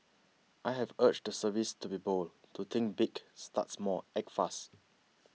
I have urged the service to be bold to think big start small act fast